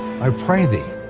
i pray thee,